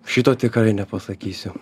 šito tikrai nepasakysiu